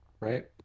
right